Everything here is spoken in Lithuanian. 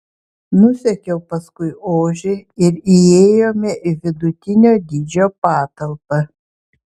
nusekiau paskui ožį ir įėjome į vidutinio dydžio patalpą